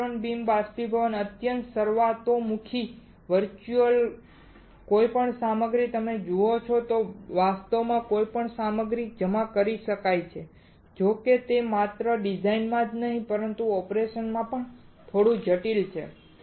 electron beam બાષ્પીભવન અત્યંત સર્વતોમુખી વર્ચ્યુઅલ કોઈપણ સામગ્રી તમે જુઓ છો વાસ્તવમાં કોઈપણ સામગ્રી જમા કરી શકાય છે જો કે તે માત્ર ડિઝાઇનમાં જ નહીં પણ ઓપરેશનમાં પણ થોડું જટિલ છે